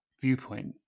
viewpoint